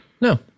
No